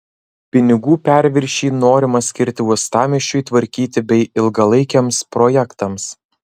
pinigų perviršį norima skirti uostamiesčiui tvarkyti bei ilgalaikiams projektams